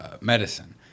medicine